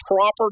proper